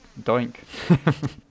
Doink